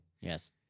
Yes